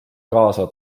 kaasa